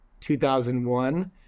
2001